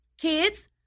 Kids